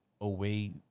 away